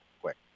quick